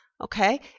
Okay